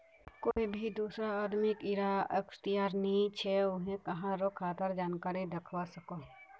कोए भी दुसरा आदमीक इरा अख्तियार नी छे व्हेन कहारों खातार जानकारी दाखवा सकोह